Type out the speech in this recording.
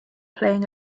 playing